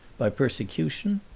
by persecution?